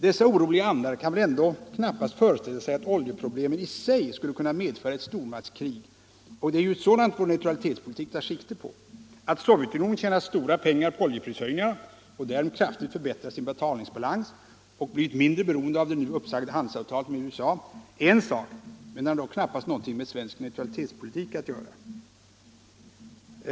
Dessa oroliga andar kan väl ändå knappast föreställa sig att oljeproblemen i sig skulle kunna medföra ett stormaktskrig, och det är ju ett sådant vår neutralitetspolitik tar sikte på. Att Sovjetunionen tjänat stora pengar på oljeprishöjningarna och därigenom kraftigt förbättrat sin betalningsbalans och blivit mindre beroende av det nu uppsagda handelsavtalet med USA är en sak, den har dock knappast någonting med svensk neutralitetspolitik att göra.